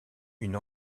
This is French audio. une